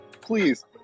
please